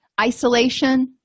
isolation